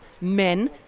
Men